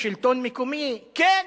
"שלטון מקומי" כן.